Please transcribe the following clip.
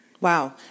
Wow